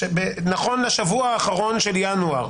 נכון לשבועיים האחרונים של ינואר,